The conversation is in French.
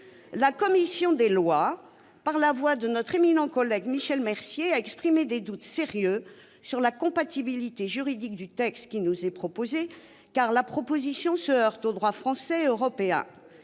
La commission des lois, par la voix de notre éminent collègue Michel Mercier, a exprimé des doutes sérieux sur la compatibilité juridique du texte qui nous est proposé avec le droit français et européen,